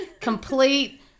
complete